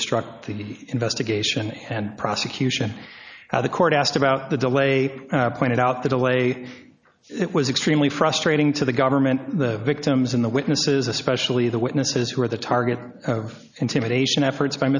obstruct the investigation and prosecution the court asked about the delay pointed out the delay it was extremely frustrating to the government the victims and the witnesses especially the witnesses who were the target of intimidation efforts by